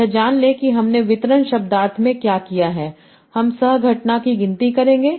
यह जान लें कि हमने वितरण शब्दार्थ में क्या किया है हम सह घटना की गिनती करेंगे